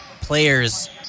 players